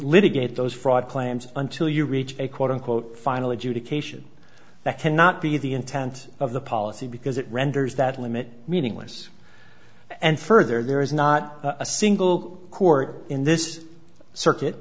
litigate those fraud claims until you reach a quote unquote final education that cannot be the intent of the policy because it renders that limit meaningless and further there is not a single court in this circuit